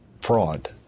fraud